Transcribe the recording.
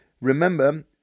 remember